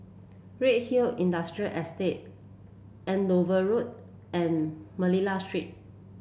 Redhill Industrial Estate Andover Road and Manila Street